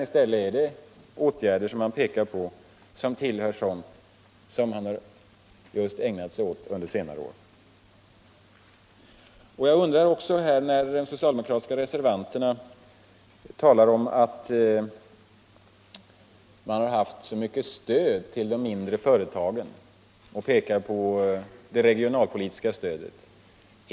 De åtgärder som regeringen pekar på är just sådana som den har ägnat sig åt under senare år. De socialdemokratiska reservanterna talar om att de mindre företagen har givits så mycket stöd och pekar på det regionalpolitiska stödet.